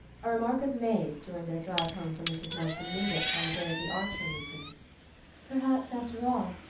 a remark of may's during their drive home from mrs. manson mingott's on the day of the archery meeting perhaps, after all,